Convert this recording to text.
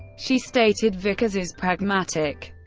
she stated vickers is pragmatic,